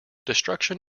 destruction